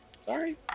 Sorry